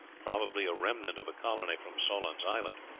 probably a remnant of a colony from solon's island?